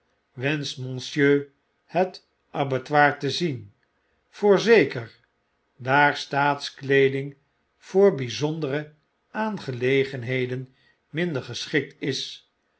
monsieur het abattoir te zien yoorzeker daar staatskleeding voor bpondere aangelegenheden minder geschikt is